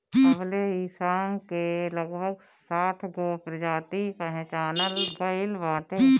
अबले इ साग के लगभग साठगो प्रजाति पहचानल गइल बाटे